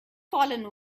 fallen